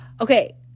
Okay